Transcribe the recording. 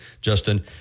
Justin